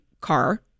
car